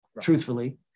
Truthfully